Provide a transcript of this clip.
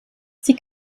sie